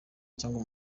cyangwa